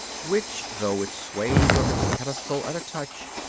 which, though it sways on its pedestal at a touch,